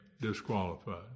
disqualified